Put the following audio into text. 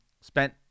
Spent